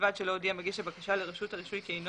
ובלבד שלא הודיע מגיש הבקשה לרשות הרישוי כי אינו